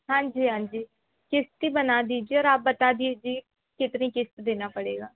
हाँजी हाँजी क़िस्त ही बना दीजिए और बता दीजिए कितना क़िस्त देना पड़ेगा